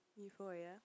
Euphoria